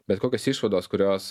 bet kokios išvados kurios